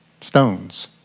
stones